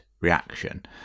reaction